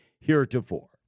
heretofore